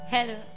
Hello